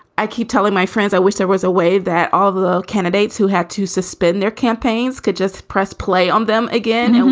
i keep telling my friends i wish there was a way that all of the candidates who had to suspend their campaigns could just press play on them again just